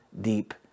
deep